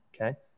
Okay